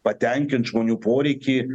patenkint žmonių poreikį